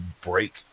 break